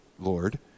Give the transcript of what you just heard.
Lord